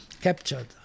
captured